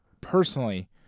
personally